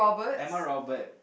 Emma Robert